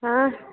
हँ